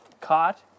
Caught